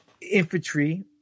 infantry